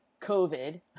COVID